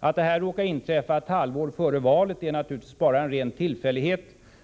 Att detta råkar inträffa ett halvår före valet är naturligtvis bara en ren tillfällighet.